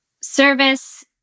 Service